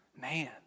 Man